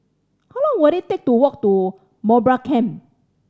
how long will it take to walk to Mowbray Camp